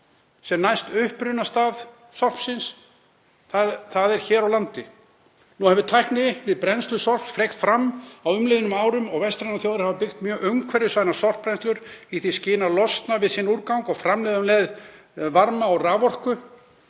sem næst upprunastað sorpsins, þ.e. hér á landi? Nú hefur tækni við brennslu sorps fleygt fram á umliðnum árum og vestrænar þjóðir hafa byggt mjög umhverfisvænar sorpbrennslur í því skyni að losna við úrgang og framleiða um leið varma og raforku